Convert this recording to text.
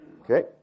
Okay